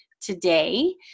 today